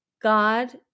God